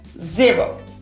zero